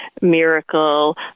miracle